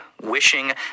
wishing